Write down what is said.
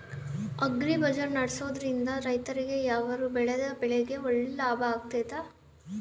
Agri bazaar ನಡೆಸ್ದೊರಿಂದ ರೈತರಿಗೆ ಅವರು ಬೆಳೆದ ಬೆಳೆಗೆ ಒಳ್ಳೆ ಲಾಭ ಆಗ್ತೈತಾ?